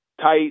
tight